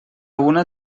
una